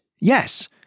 yes